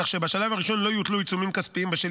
כך שבשלב הראשון לא יוטלו עיצומים כספיים בשל